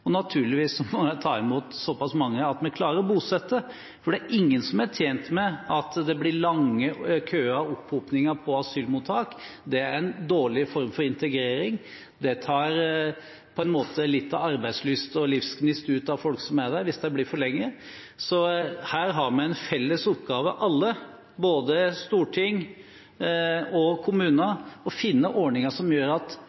og naturligvis må de ta imot såpass mange at vi klarer å bosette. Det er ingen som er tjent med at det blir lange køer og opphopinger på asylmottak. Det er en dårlig form for integrering. Det tar på en måte litt av arbeidslyst og livsgnist ut av folk som er der, hvis de blir for lenge. Så her har vi alle en felles oppgave, både Stortinget og kommuner: å finne ordninger som gjør at